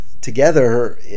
together